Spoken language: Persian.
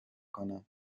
کنم